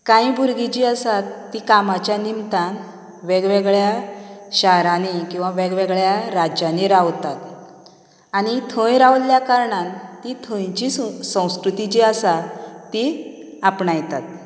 कांय भुरगीं जी आसात ती कामाच्या निमतान वेगवेगळ्या शारांनी किंवां वेगवेगळ्या राज्यांनी रावतात आनी थंय रावल्या कारणान तीं थंयची संव संस्कृती जी आसा ती आपणायतात